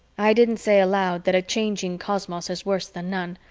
i didn't say aloud that a changing cosmos is worse than none,